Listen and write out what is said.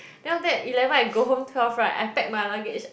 then after that eleven I go home twelve right I pack my luggage